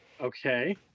Okay